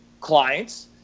clients